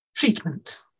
treatment